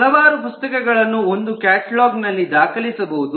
ಹಲವಾರು ಪುಸ್ತಕಗಳನ್ನು ಒಂದು ಕ್ಯಾಟಲಾಗ್ ನಲ್ಲಿ ದಾಖಲಿಸಬಹುದು